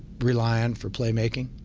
three line for playmaking,